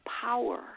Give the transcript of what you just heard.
power